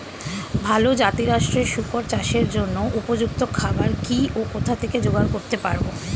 ভালো জাতিরাষ্ট্রের শুকর চাষের জন্য উপযুক্ত খাবার কি ও কোথা থেকে জোগাড় করতে পারব?